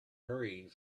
hurrying